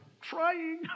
trying